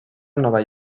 nova